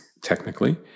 technically